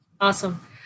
Awesome